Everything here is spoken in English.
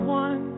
one